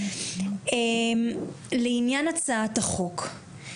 לעניין הצעת החוק,